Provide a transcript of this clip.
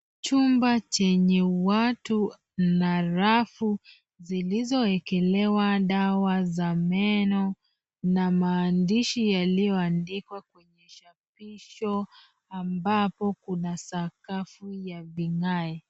Chumba chenye watu na rafu zilizoekelewa dawa za meno, na maandishi yaliyoandikwa kwenye chapisho, ambapo kuna sakafu ya vigae.